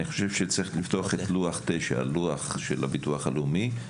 אני חושב שצריך לפתוח את לוח 9 של הביטוח הלאומי.